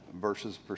versus